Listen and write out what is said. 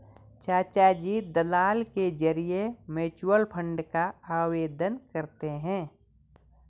चाचाजी दलाल के जरिए म्यूचुअल फंड का आवेदन करते हैं